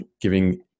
giving